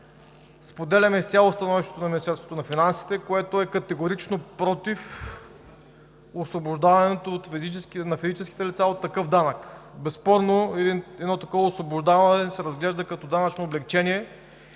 споделяме изцяло становището на Министерството на финансите, което е категорично против освобождаването на физическите лица от такъв данък. Безспорно едно такова освобождаване се разглежда като данъчно облекчение